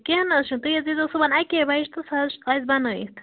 کیٚنٛہہ نہَ حظ چھُ تُہۍ حظ ییٖزیٚو صُبحن اَکے بجہِ تہٕ سُہ حظ آسہِ بنٲوِتھ